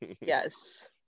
Yes